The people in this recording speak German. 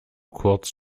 kurz